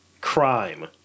Crime